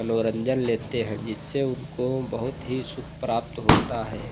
मनोरन्जन लेते हैं जिससे उनको बहुत ही सुख प्राप्त होता है